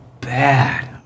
bad